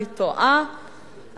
אני טועה,